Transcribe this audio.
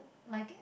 my